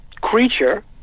creature